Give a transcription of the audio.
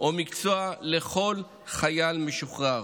או מקצוע לכל חייל משוחרר,